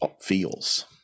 feels